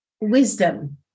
Wisdom